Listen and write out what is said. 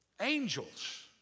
angels